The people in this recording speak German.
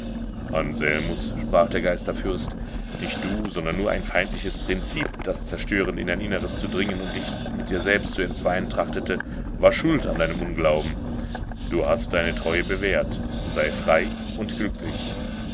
anselmus sprach der geisterfürst nicht du sondern nur ein feindliches prinzip das zerstörend in dein inneres zu dringen und dich mit dir selbst zu entzweien trachtete war schuld an deinem unglauben du hast deine treue bewährt sei frei und glücklich